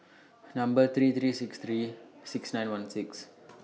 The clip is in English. Number three three six three six nine one six